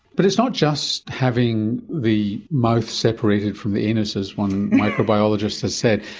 but it's not just having the mouth separated from the anus, as one microbiologist has said,